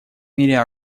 мере